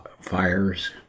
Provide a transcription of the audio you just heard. fires